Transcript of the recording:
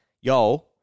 yo